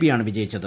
പിയാണ് വിജയിച്ചത്